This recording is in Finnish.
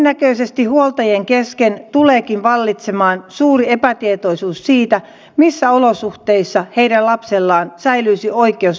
todennäköisesti huoltajien kesken tuleekin vallitsemaan suuri epätietoisuus siitä missä olosuhteissa heidän lapsellaan säilyisi oikeus laajempaan varhaiskasvatukseen